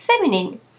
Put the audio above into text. feminine